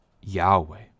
Yahweh